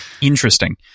Interesting